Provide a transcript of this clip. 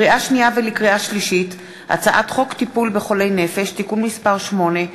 לקריאה שנייה ולקריאה שלישית: הצעת חוק טיפול בחולי נפש (תיקון מס' 8),